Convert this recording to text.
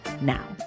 now